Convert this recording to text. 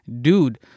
dude